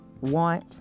want